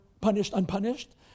punished-unpunished